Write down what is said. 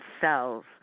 cells